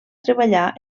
treballar